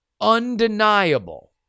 undeniable